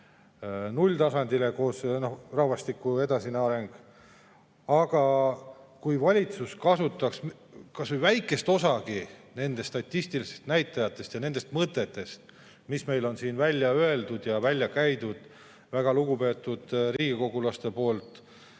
nulltasandile. Aga kui valitsus kasutaks kas või väikest osagi nendest statistilistest näitajatest ja nendest mõtetest, mis on siin välja öeldud ja välja käidud väga lugupeetud riigikogulaste poolt,